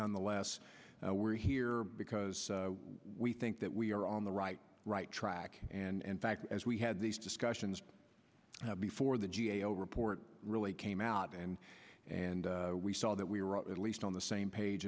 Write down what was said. nonetheless we're here because we think that we are on the right right track and fact as we had these discussions before the g a o report really came out and and we saw that we were at least on the same page